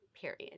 period